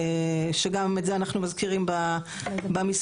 שגם את זה אנחנו מזכירים במסמך.